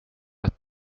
att